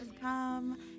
come